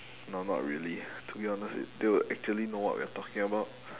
no not really to be honest they will actually know what we are talking about